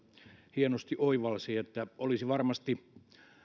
hienosti oivalsi tämä olisi varmasti